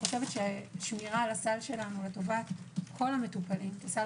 שמירה על הסל שלנו לטובת כל המטופלים כסל